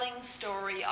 story